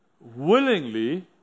willingly